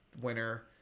winner